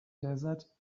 desert